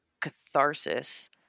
catharsis